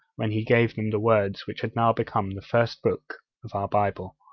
when he gave them the words which have now become the first books of our bible.